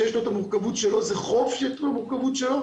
שיש לו את המורכבות שלו; זה חוף שיש לו את המורכבות שלו,